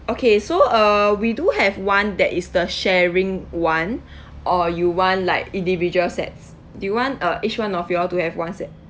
okay so uh we do have one that is the sharing [one] or you want like individual sets do you want uh each one of y'all to have one set